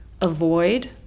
avoid